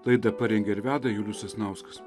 laidą parengė ir veda julius sasnauskas